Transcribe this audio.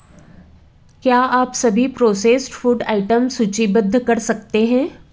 क्या आप सभी प्रोसेस्ड फ़ूड आइटम्स सूचीबद्ध कर सकते हैं